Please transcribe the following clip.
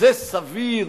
זה סביר?